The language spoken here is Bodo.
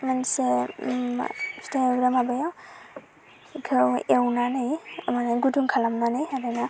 मोनसे मा फिथा एवग्रा माबाया बेखौ एवनानै माने गुदुं खालामनानै होबायना